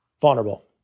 Vulnerable